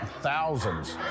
thousands